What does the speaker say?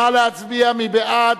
נא להצביע, מי בעד?